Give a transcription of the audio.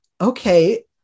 okay